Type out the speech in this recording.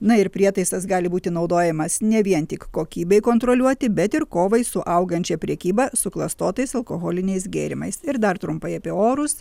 na ir prietaisas gali būti naudojamas ne vien tik kokybei kontroliuoti bet ir kovai su augančia prekyba suklastotais alkoholiniais gėrimais ir dar trumpai apie orus